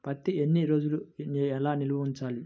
పత్తి ఎన్ని రోజులు ఎలా నిల్వ ఉంచాలి?